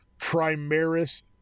Primaris